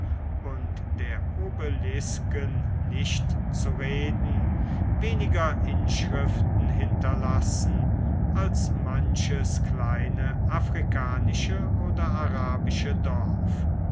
und der obelisken nicht zu reden weniger inschriften hinterlassen als manches kleine afrikanische oder arabische dorf